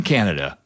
Canada